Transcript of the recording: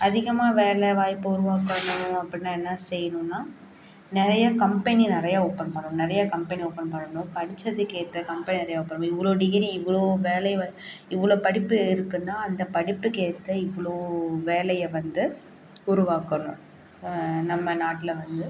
அதிகமாக வேலை வாய்ப்பை உருவாக்கணும் அப்படின்னா என்ன செய்யணுன்னா நிறையா கம்பெனியை நிறையா ஓப்பன் பண்ணணும் நிறையா கம்பெனி ஓப்பன் பண்ணணும் படிச்சதுக்கு ஏற்ற கம்பெனி நிறையா ஓப்பன் பண்ணணும் இது இவ்வளோ டிகிரி இவ்வளோ வேலைவாய்ப்பு இவ்வளோ படிப்பு இருக்குன்னா அந்த படிப்புக்கு ஏற்ற இவ்வளோ வேலையை வந்து உருவாக்கணும் நம்ம நாட்டில் வந்து